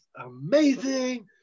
amazing